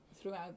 throughout